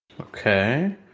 Okay